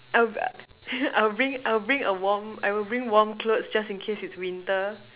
I I will bring I will bring a warm I will bring warm clothes just in case it's winter